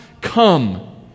come